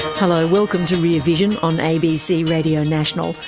hello, welcome to rear vision on abc radio national.